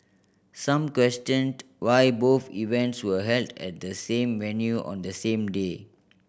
some questioned why both events were held at the same venue on the same day